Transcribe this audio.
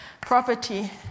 property